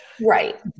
Right